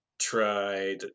tried